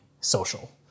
social